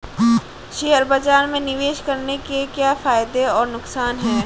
Share बाज़ार में निवेश करने के क्या फायदे और नुकसान हैं?